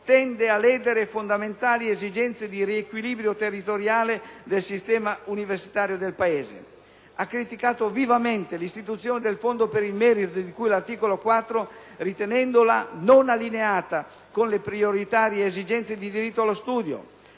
tende a ledere fondamentali esigenze di riequilibrio territoriale del sistema universitario del Paese. Ha criticato vivamente l'istituzione del fondo per il merito di cui all'articolo 4, ritenendola non allineata con le prioritarie esigenze di diritto allo studio.